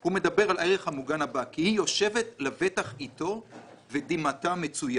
הוא מדבר על הערך המוגן הבא: כי היא יושבת לבטח איתו ודמעתה מצויה,